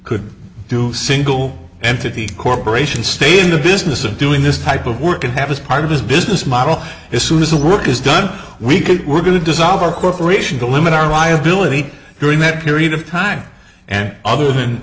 could do single entity corporation stay in the business of doing this type of work and have as part of his business model this is a work is done we could we're going to dissolve our corporation to limit our liability during that period of time and other than